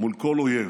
מול כל אויב,